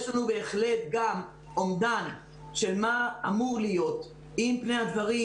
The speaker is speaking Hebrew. יש לנו בהחלט גם אומדן של מה אמור להיות אם פני הדברים